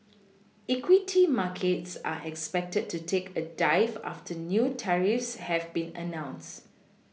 equity markets are expected to take a dive after new tariffs have been announced